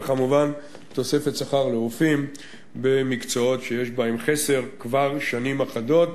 וכמובן תוספת שכר לרופאים במקצועות שיש בהם חסר כבר שנים אחדות.